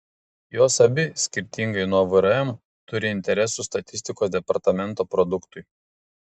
jos abi skirtingai nuo vrm turi interesų statistikos departamento produktui